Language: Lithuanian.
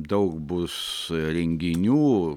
daug bus renginių